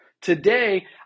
Today